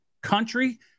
country